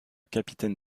capitaine